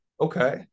okay